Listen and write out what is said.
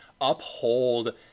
uphold